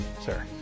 Sir